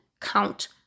count